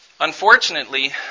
Unfortunately